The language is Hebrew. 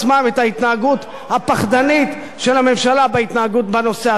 את ההתנהגות הפחדנית של הממשלה בנושא הזה.